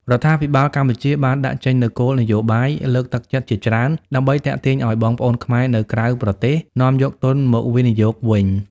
រដ្ឋាភិបាលកម្ពុជាបានដាក់ចេញនូវគោលនយោបាយលើកទឹកចិត្តជាច្រើន ដើម្បីទាក់ទាញឱ្យបងប្អូនខ្មែរនៅក្រៅប្រទេសនាំយកទុនមកវិនិយោគវិញ។